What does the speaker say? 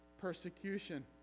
persecution